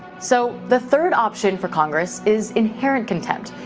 so, the third option for congress is inherent contempt.